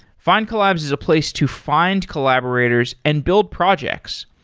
findcollabs is a place to find collaborators and build projects.